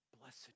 Blessed